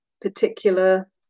particular